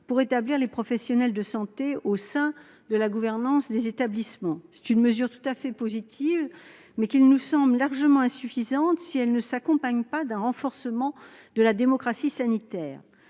pour établir les professionnels de santé au sein de la gouvernance des établissements. C'est une mesure tout à fait positive, mais qui nous sommes largement insuffisante si elle ne s'accompagne pas d'un renforcement de la démocratie sanitaire.